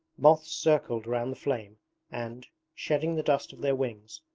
moths circled round the flame and, shedding the dust of their wings,